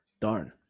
Darn